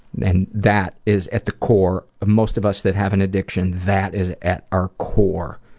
and that is at the core of most of us that have an addiction, that is at our core,